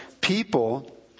people